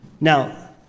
Now